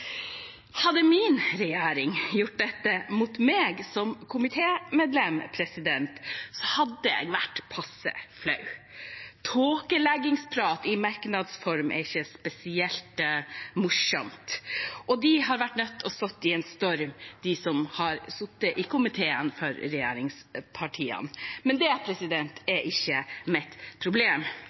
Hadde min regjering gjort dette mot meg som komitémedlem, hadde jeg vært passe flau. Tåkeleggingsprat i merknadsform er ikke spesielt morsomt, og de fra regjeringspartiene som har sittet i komiteen, har måttet stå i en storm. Men det er ikke mitt problem. Jeg er glad for